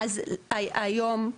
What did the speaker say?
אז היום,